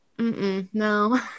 No